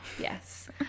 yes